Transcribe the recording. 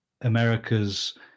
America's